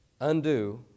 undo